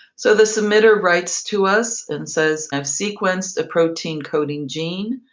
so the submitter writes to us and says, i've sequenced a protein coding gene,